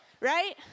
Right